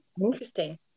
interesting